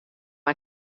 mei